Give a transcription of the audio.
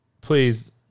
please